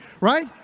right